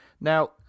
Now